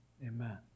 amen